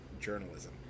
journalism